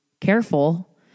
careful